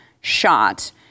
shot